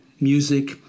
music